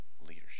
leadership